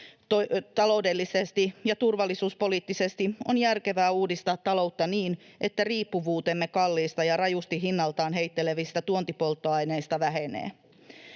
Taloudellisesti ja turvallisuuspoliittisesti on järkevää uudistaa taloutta niin, että riippuvuutemme kalliista ja rajusti hinnaltaan heittelehtivistä tuontipolttoaineista vähenee.